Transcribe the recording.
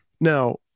Now